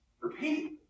repeat